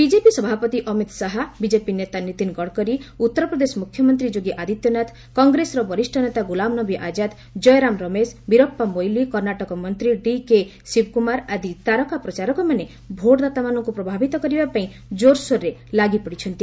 BJP ସଭାପତି Amit Shah BJP ନେତା ନୀତିନ ଗଡ଼କରୀ ଉତ୍ତରପ୍ରଦେଶ ମୁଖ୍ୟମନ୍ତ୍ରୀ ଯୋଗୀ ଆଦିତ୍ୟନାଥ କଂଗ୍ରେସର ବରିଷ୍ଣ ନେତା ଗୁଲାମ ନବୀ ଆଜାଦ ଜୟରାମ ରମେଶ ବିରାସ୍ପା ମୋଇଲି କର୍ଣ୍ଣାଟକ ମନ୍ତ୍ରୀ ଡିକେ ଶିବକୁମାର ଆଦି ତାରକା ପ୍ରଚାରକମାନେ ଭୋଟ୍ଦାତାମାନଙ୍କୁ ପ୍ରଭାବିତ କରିବା ପାଇଁ ଜୋରସୋର ଲାଗିପଡ଼ିଛନ୍ତି